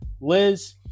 Liz